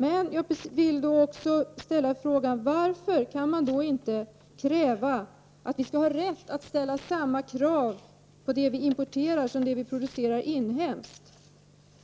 Men jag vill också ställa frågan: Varför kan man då inte kräva att vi skall ha rätt att ställa samma krav på det vi importerar som på det vi producerar inhemskt?